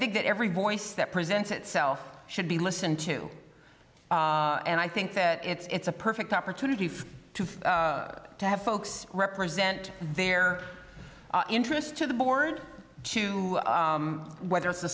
think that every voice that presents itself should be listened to and i think that it's a perfect opportunity for to to have folks represent their interests to the board to whether it's the